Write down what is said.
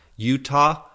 Utah